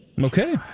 Okay